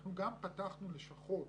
אנחנו גם פתחנו לשכות